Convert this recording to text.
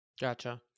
Gotcha